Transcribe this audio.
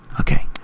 Okay